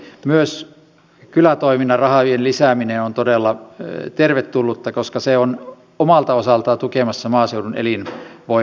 myös kylätoiminnan rahojen lisääminen on todella tervetullutta koska se on omalta osaltaan tukemassa maaseudun elinvoimaisuutta